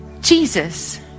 Jesus